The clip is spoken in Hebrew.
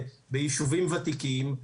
זו בעיה גם תכנונית ביישובים ותיקים.